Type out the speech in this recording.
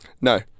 No